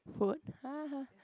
food